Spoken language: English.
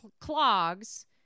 clogs